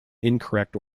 incorrect